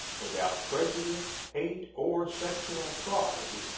without prejudice, hate, or sectional pride,